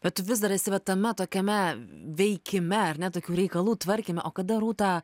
bet tu vis dar esi vat tame tokiame veikime ar ne tokių reikalų tvarkyme o kada rūta